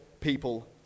people